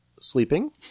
sleeping